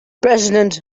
president